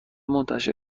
منتشر